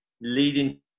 leading